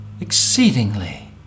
exceedingly